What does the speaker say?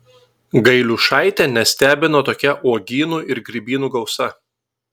gailiušaitę nestebino tokia uogynų ir grybynų gausa